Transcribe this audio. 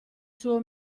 suo